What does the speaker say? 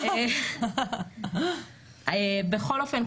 בכל אופן,